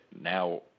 now